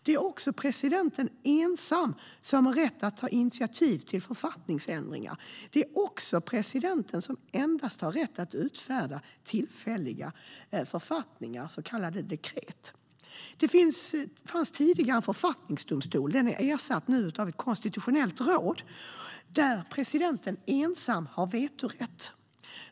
Det är också bara presidenten som har rätt att ta initiativ till författningsändringar och att utfärda tillfälliga författningar, så kallade dekret. Tidigare fanns det en författningsdomstol; den har nu ersatts med ett konstitutionellt råd där endast presidenten har vetorätt.